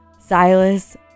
Silas